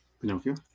Pinocchio